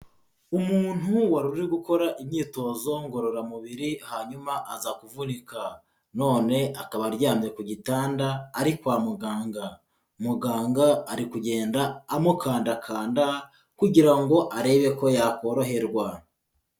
Umuntu wari uri gukora imyitozo ngororamubiri hanyuma aza kuvunika, none akaba aryamye ku gitanda ari kwa muganga. Muganga ari kugenda amukandakanda kugira ngo arebe ko yakoroherwa.